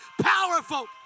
powerful